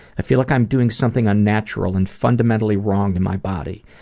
i feel like i'm doing something unnatural and fundamentally wrong to my body.